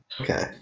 Okay